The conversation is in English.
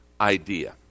idea